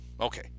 Okay